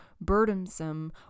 burdensome